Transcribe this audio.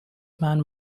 man